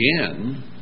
again